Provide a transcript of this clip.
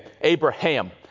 Abraham